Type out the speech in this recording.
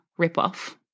ripoff